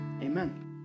Amen